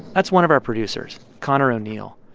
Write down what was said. that's one of our producers, connor o'neill.